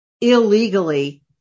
illegally